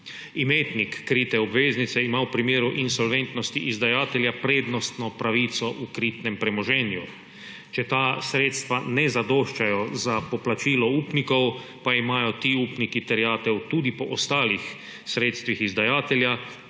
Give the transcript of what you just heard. Imetnik krite obveznice ima v primeru insolventnosti izdajatelja prednostno pravico v kritnem premoženju, če ta sredstva ne zadoščajo za poplačilo upnikov, pa imajo ti upniki terjatev tudi po ostalih sredstvih izdajatelja